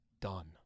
done